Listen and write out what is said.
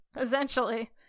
essentially